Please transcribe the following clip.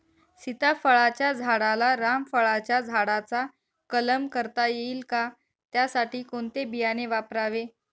सीताफळाच्या झाडाला रामफळाच्या झाडाचा कलम करता येईल का, त्यासाठी कोणते बियाणे वापरावे?